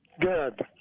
Good